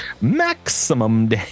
Maximum